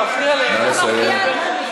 למה לצאת?